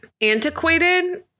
antiquated